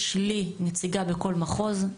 יש לי נציגה בכל מחוז.